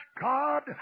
God